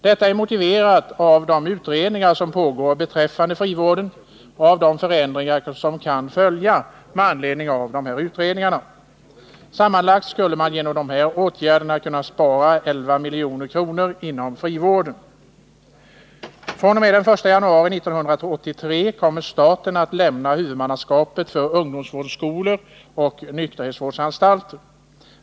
Detta är motiverat av de utredningar som pågår beträffande frivården och av de förändringar som kan följa med anledning av dessa utredningar. Sammanlagt skulle man genom dessa åtgärder kunna spara 11 milj.kr. inom frivården. fr.o.m. den 1 januari 1983 kommer staten att lämna huvudmannaskapet för ungdomsvårdsskolor och nykterhetsvårdsanstalter.